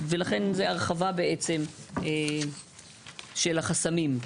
ולכן, זה הרחבה בעצם של החסמים.